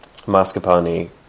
mascarpone